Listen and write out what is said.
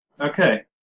Okay